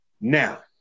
Now